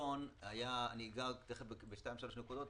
אני אגע תיכף בשתיים שלוש נקודות,